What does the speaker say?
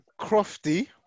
Crofty